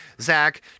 Zach